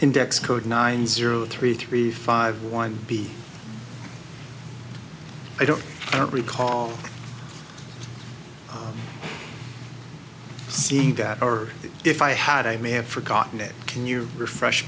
index code nine zero three three five one b i don't i don't recall seeing that or if i had i may have forgotten it can you refresh